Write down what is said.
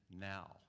now